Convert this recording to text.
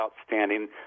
outstanding